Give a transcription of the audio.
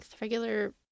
regular